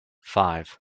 five